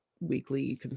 weekly